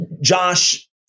Josh